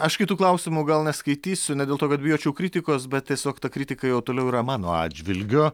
aš kitų klausimų gal neskaitysiu ne dėl to kad bijočiau kritikos bet tiesiog ta kritika jau toliau yra mano atžvilgiu